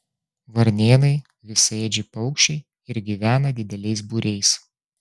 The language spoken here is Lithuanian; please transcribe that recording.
varnėnai visaėdžiai paukščiai ir gyvena dideliais būriais